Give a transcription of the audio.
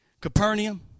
Capernaum